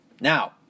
Now